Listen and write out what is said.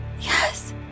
Yes